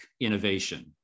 innovation